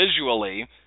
visually